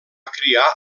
criar